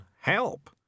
help